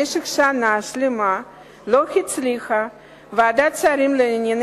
במשך שנה שלמה לא הצליחה ועדת שרים לענייני